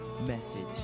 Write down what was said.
message